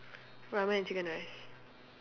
ramen and chicken rice